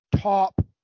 top